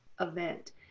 event